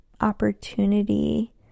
opportunity